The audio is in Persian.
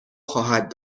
خواهد